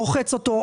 רוחץ אותו,